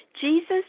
Jesus